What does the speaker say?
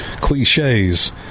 cliches